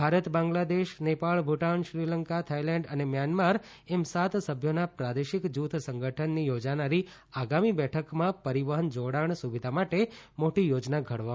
Bharat Bangladesh Nepal Bhutan Sri Lanka Thailand અને Myanmar એમ સાત સભ્યોના પ્રાદેશિક જૂથ સંગઠનની યોજાનારી આગામી બેઠકમાં પરિવહન જોડાણ સુવિધા માટે મોટી યોજના ઘડવામાં આવશે